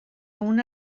egun